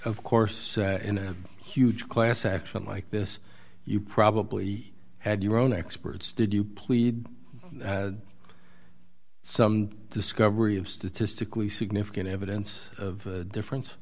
of course in a huge class action like this you probably had your own experts did you plead some discovery of statistically significant evidence of differen